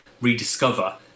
rediscover